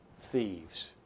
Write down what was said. Thieves